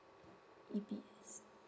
mm mm yes